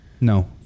No